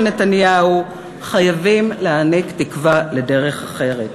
נתניהו חייבים להעניק תקווה לדרך אחרת,